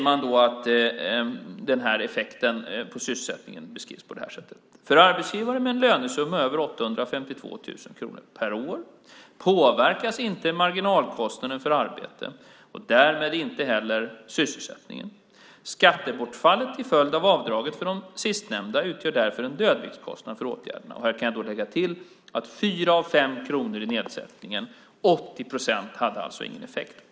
Man beskriver effekten på sysselsättningen på det här sättet: För arbetsgivare med en lönesumma över 852 000 kronor per år påverkas inte marginalkostnaden för arbete och därmed inte heller sysselsättningen. Skattebortfallet till följd av avdraget för de sistnämnda utgör därför en dödviktskostnad för åtgärderna. Här kan jag lägga till att 4 av 5 kronor i nedsättningen, det vill säga 80 procent, inte hade någon effekt.